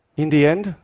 in the end,